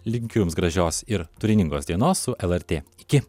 linkiu jums gražios ir turiningos dienos su lrt iki